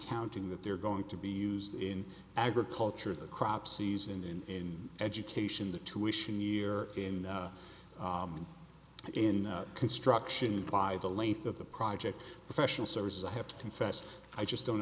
counting that they're going to be used in agriculture the crop season in education the tuition year in and in construction by the length of the project professional services i have to confess i just don't